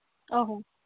ᱚ ᱦᱚᱸ